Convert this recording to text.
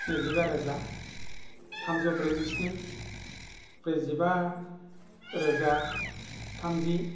नैजिबा रोजा थामजौ ब्रैजिस्नि ब्रैजिबा रोजा थामजि